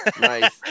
Nice